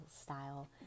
style